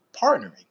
partnering